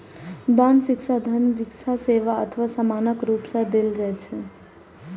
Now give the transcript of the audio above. दान शिक्षा, धन, भिक्षा, सेवा अथवा सामानक रूप मे देल जाइ छै